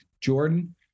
Jordan